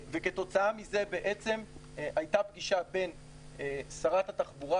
כתוצאה מזה הייתה פגישה בין שרת התחבורה,